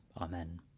Amen